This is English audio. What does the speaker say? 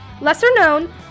lesser-known